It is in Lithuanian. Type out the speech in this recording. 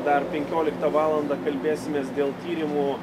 dar penkioliktą valandą kalbėsimės dėl tyrimų